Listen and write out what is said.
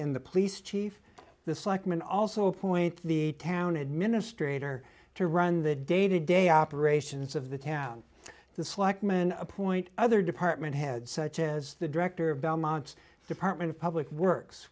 in the police chief this like man also appoint the town administrator to run the day to day operations of the town the slackman appoint other department had such as the director of belmont's department of public works